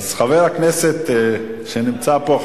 אז חבר הכנסת שנמצא פה,